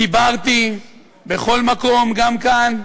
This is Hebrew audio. דיברתי בכל מקום, גם כאן,